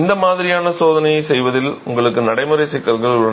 இந்த மாதிரியான சோதனையைச் செய்வதில் உங்களுக்கு நடைமுறைச் சிக்கல்கள் உள்ளன